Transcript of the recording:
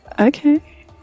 Okay